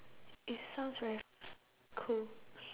it sounds very f~ cool